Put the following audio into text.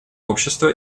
общество